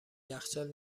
یخچال